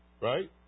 Right